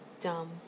dumb